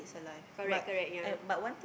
correct correct ya